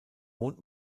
wohnt